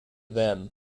them